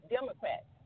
Democrats